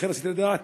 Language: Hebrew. לכן רציתי לדעת,